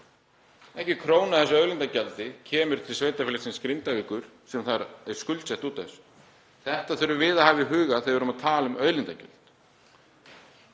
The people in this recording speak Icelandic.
Ekki króna af þessu auðlindagjaldi kemur til sveitarfélagsins Grindavíkur sem er skuldsett út af þessu. Þetta þurfum við að hafa í huga þegar við erum að tala um auðlindagjöld.